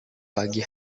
pagi